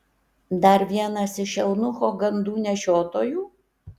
dar vienas iš eunucho gandų nešiotojų